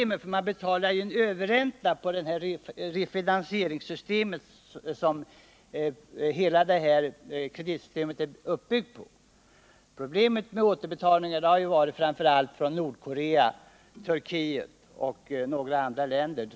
Man betalar ju en överränta på det refinansieringssystem som hela kreditsystemet är uppbyggt på. Problem i samband med återbetalningar har förelegat framför allt när det gäller Nordkorea, Turkiet och några andra länder.